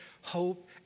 hope